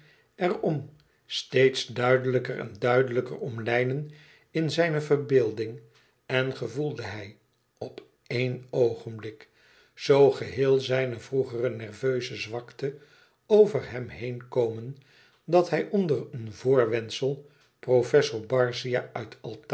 er om steeds duidelijker en duidelijker ommelijnen in zijne verbeelding en gevoelde hij op éen oogenblik zoo geheel zijne vroegere nerveuze zwakte over hem heen komen dat hij onder een voorwendsel professor barzia uit